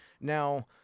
Now